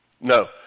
No